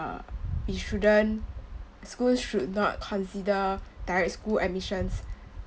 uh it shouldn't schools should not consider direct school admissions